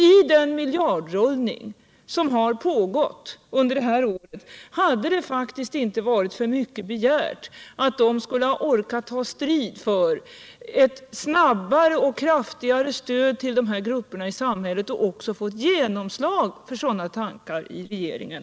I den miljardrullning som = barnfamiljerna, har pågått under det här året hade det faktiskt inte varit för mycket m.m. begärt att de skulle ha orkat ta strid för ett snabbare och kraftigare stöd till de här grupperna i samhället och fått genomslag för sådana tankar i regeringen.